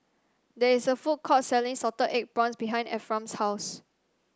there is a food court selling Salted Egg Prawns behind Ephram's house